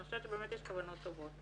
אני חושבת שבאמת יש כוונות טובות.